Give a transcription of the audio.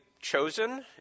chosen